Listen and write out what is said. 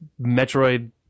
Metroid